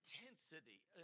intensity